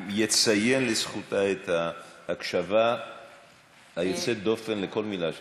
אני אציין לזכותה את ההקשבה היוצאת-דופן לכל מילה שלך.